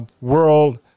World